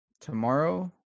tomorrow